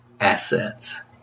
assets